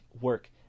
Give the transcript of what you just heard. work